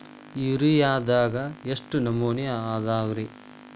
ಯೂರಿಯಾದಾಗ ಎಷ್ಟ ನಮೂನಿ ಅದಾವ್ರೇ?